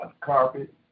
carpet